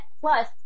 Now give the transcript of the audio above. plus